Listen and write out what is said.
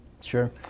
sure